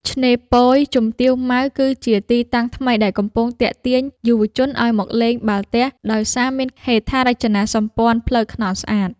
ឆ្នេរពយជំទាវម៉ៅគឺជាទីតាំងថ្មីដែលកំពុងទាក់ទាញយុវជនឱ្យមកលេងបាល់ទះ ដោយសារមានហេដ្ឋារចនាសម្ព័ន្ធផ្លូវថ្នល់ស្អាត។